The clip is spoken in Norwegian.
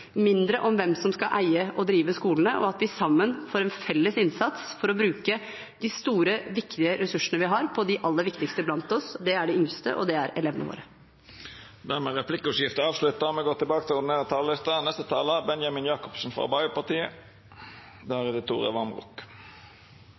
mindre om hvem som skal eie og drive skolene, og at vi sammen får til en felles innsats for å bruke de store, viktige ressursene vi har, på de aller viktigste blant oss. Det er de yngste, og det er elevene våre. Replikkordskiftet er avslutta.